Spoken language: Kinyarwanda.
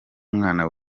mwana